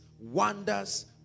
wonders